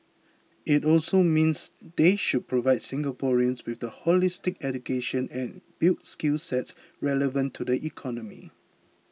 it also means they should provide Singaporeans with a holistic education and build skill sets relevant to the economy